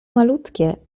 malutkie